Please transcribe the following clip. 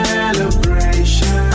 Celebration